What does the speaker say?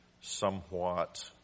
somewhat